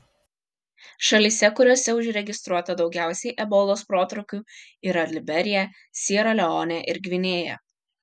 šalyse kuriose užregistruota daugiausiai ebolos protrūkių yra liberija siera leonė ir gvinėja